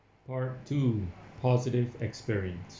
part two positive experience